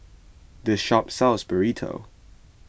this shop sells Burrito